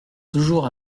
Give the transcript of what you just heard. toujours